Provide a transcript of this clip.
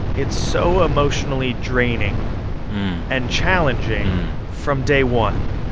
it's so emotionally draining and challenging from day one.